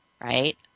right